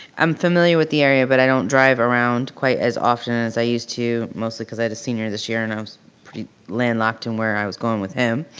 i'm familiar with the area but i don't drive around quite as often as i used to, mostly cause i had a senior this year and i was pretty land locked in where i was going with him.